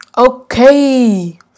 Okay